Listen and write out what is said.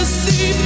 see